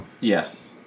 Yes